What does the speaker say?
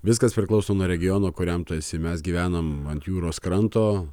viskas priklauso nuo regiono kuriam tu esi mes gyvenom ant jūros kranto